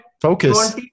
Focus